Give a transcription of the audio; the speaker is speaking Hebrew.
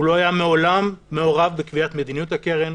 הוא מעולם לא היה מעורב בקביעת מדיניות הקרן,